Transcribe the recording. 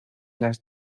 las